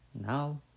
Now